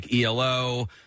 ELO